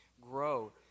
grow